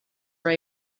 are